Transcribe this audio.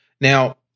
Now